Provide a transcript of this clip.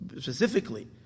specifically